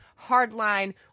hardline